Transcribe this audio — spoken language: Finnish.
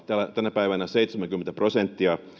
tänä päivänä seitsemänkymmentä prosenttia